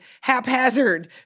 haphazard